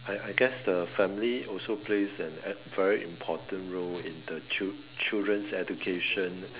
I I guess the family also plays an a very important role in the child~ children's education